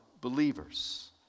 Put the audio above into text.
believers